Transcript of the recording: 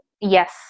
Yes